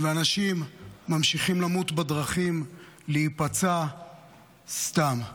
ואנשים ממשיכים למות בדרכים ולהיפצע סתם.